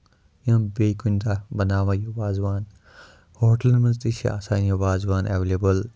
یا بیٚیہِ کُنہِ دۄہ بَناوان یہِ وازوان ہوٹلن منٛز تہِ چھُ آسان یہِ وازوان ایٚولیبٕل